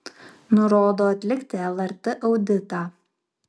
nurodo atlikti lrt auditą